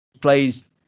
plays